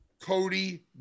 Cody